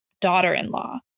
daughter-in-law